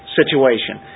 situation